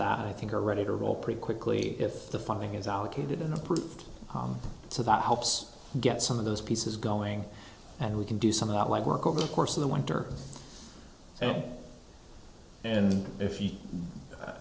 that i think are ready to roll pretty quickly if the funding is allocated and approved so that helps get some of those pieces going and we can do some of that light work over the course of the winter and if you